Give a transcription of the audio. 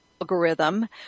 Algorithm